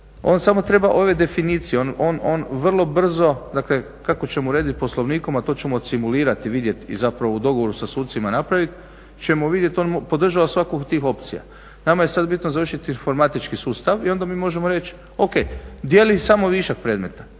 on samo treba ove definicije, on vrlo brzo, dakle kako ćemo urediti poslovnikom a to ćemo …/Govornik se ne razumije./…, vidjeti i zapravo u dogovoru sa sucima napraviti ćemo vidjeti, on podržava svaku od tih opcija. Nama je sada bitno završiti informatički sustav i onda mi možemo reći, O.K, dijeli samo višak predmeta,